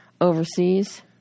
overseas